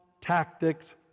tactics